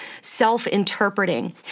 self-interpreting